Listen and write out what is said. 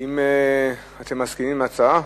אתם מסכימים להצעה?